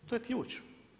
To je ključ.